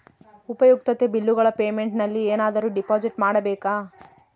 ಉಪಯುಕ್ತತೆ ಬಿಲ್ಲುಗಳ ಪೇಮೆಂಟ್ ನಲ್ಲಿ ಏನಾದರೂ ಡಿಪಾಸಿಟ್ ಮಾಡಬೇಕಾ?